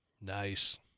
nice